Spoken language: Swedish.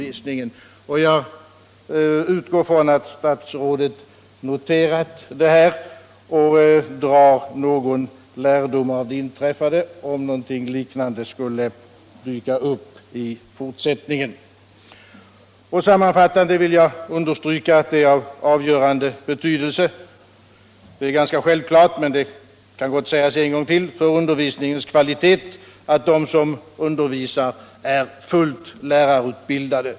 visning för invand Jag utgår ifrån att statsrådet har noterat detta och drar någon lärdom = rarbarn av det inträffade om någonting liknande skulle dyka upp i framtiden. Sammanfattningsvis vill jag understryka — det är ganska självklart men kan gott sägas en gång till — att det är av stor betydelse för undervisningens kvalitet att de som undervisar är fullt lärarutbildade.